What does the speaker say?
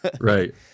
Right